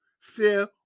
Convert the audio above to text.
fear